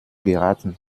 geraten